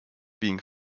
being